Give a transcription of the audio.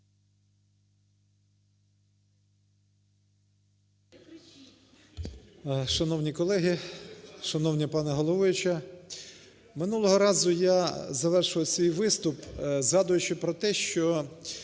Шановні колеги! Шановна пані головуюча! Минулого разу я завершив свій виступ, згадуючи про те, що